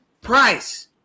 price